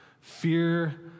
Fear